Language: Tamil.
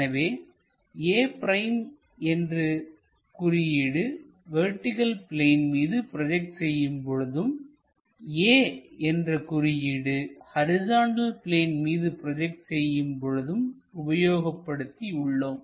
எனவே a' என்று குறியீடு வெர்டிகள் பிளேன் மீது ப்ரோஜெக்ட் செய்யும் பொழுதும் a என்ற குறியீடு ஹரிசாண்டல் பிளேன் மீது ப்ரோஜெக்ட் செய்யும் பொழுதும் உபயோகப்படுத்தி உள்ளோம்